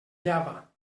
llava